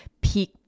peak